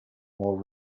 more